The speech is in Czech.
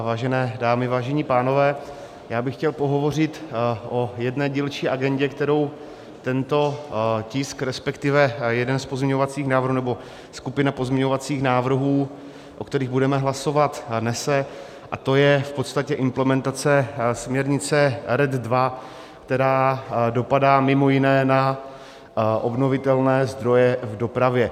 Vážené dámy, vážení pánové, já bych chtěl pohovořit o jedné dílčí agendě, kterou tento tisk, respektive jeden z pozměňovacích návrhů nebo skupina pozměňovacích návrhů, o kterých budeme hlasovat, nese, a to je v podstatě implementace směrnice RED II, která dopadá mimo jiné na obnovitelné zdroje v dopravě.